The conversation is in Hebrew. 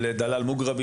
של דלאל אל-מוגרבי,